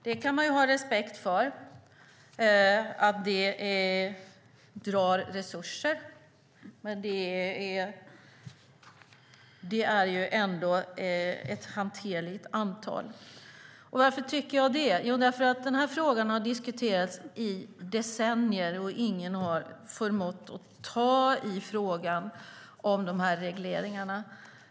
Man kan ha respekt för att detta drar resurser, men det är ändå ett hanterligt antal. Varför tycker jag då det? Frågan om regleringarna har diskuterats i decennier, och ingen har förmått att ta i den.